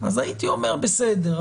הייתי אומר: בסדר,